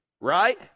right